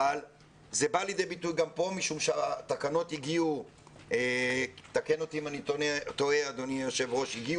אבל זה בא לידי ביטוי גם פה משום שהתקנות הגיעו רק אתמול בבוקר,